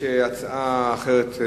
הצעה אחרת,